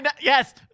Yes